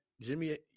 Jimmy